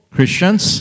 Christians